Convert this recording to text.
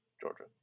Georgia